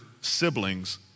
siblings